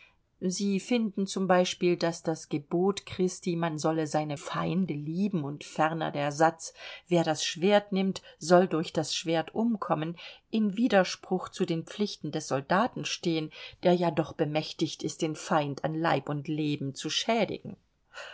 sie finden z b daß das gebot christi man solle seine feinde lieben und ferner der satz wer das schwert nimmt soll durch das schwert umkommen in widerspruch zu den pflichten des soldaten stehen der ja doch bemächtigt ist den feind an leib und leben zu schädigen